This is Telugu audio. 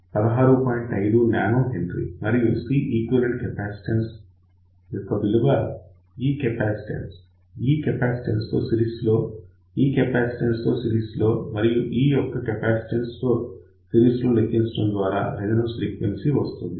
5 nH మరియు C ఈక్వివలెంట్ కెపాసిటన్స్ యొక్క విలువ ఈ కెపాసిటన్స్ ఈ కెపాసిటన్స్ తో సిరీస్ లోఈ కెపాసిటన్స్ తో సిరీస్ లో మరియు ఈ యొక్క కెపాసిటన్స్ తో సిరీస్ లో లెక్కించడం ద్వారా రెసొనెన్స్ ఫ్రీక్వెన్సీ వస్తుంది